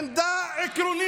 מה העמדה הערכית,